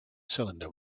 cylinder